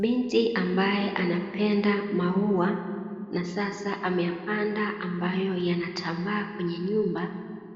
Binti ambaye anapenda maua, na sasa ameyapanda ambayo yanatambaa kwenye nyumba,